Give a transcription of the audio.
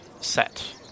set